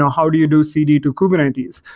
ah how do you do cd to kubernetes?